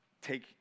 take